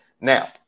Now